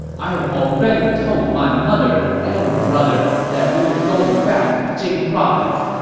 i have already told my mother and brother that we were going back to jing province.